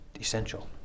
essential